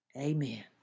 Amen